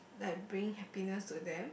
like bringing happiness to them